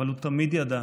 אבל הוא תמיד ידע